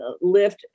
lift